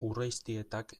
urreiztietak